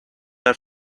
are